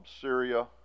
Syria